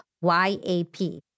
Y-A-P